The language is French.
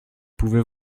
pouvez